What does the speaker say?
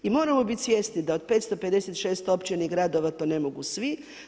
I moramo bit svjesni da od 556 općina i gradova to ne mogu svi.